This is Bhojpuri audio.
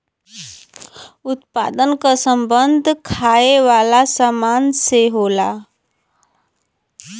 उत्पादन क सम्बन्ध खाये वालन सामान से होला